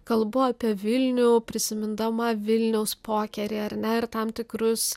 kalbu apie vilnių prisimindama vilniaus pokerį ar ne ir tam tikrus